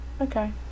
Okay